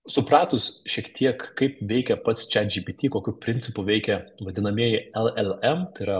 supratus šiek tiek kaip veikia pats chatgpt kokiu principu veikia vadinamieji llm tai yra